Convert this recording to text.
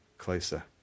closer